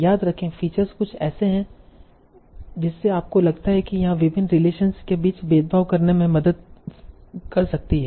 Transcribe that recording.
याद रखें फीचर्स कुछ ऐसे हैं जिससे आपको लगता है कि यहां विभिन्न रिलेशनस के बीच भेदभाव करने में मदद कर सकती हैं